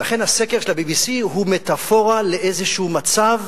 ולכן הסקר של ה-BBC הוא מטאפורה לאיזשהו מצב